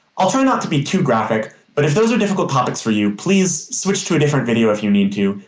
i will try not to be too graphic, but if those are difficult topics for you, please switch to a different video if you need to,